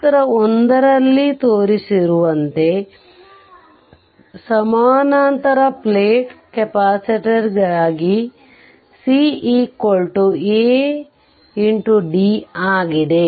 ಚಿತ್ರ1 ರಲ್ಲಿ ತೋರಿಸಿರುವಂತೆ ಸಮಾನಾಂತರ ಪ್ಲೇಟ್ ಕೆಪಾಸಿಟರ್ಗಾಗಿ C A d ಆಗಿದೆ